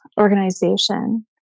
organization